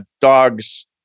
dog's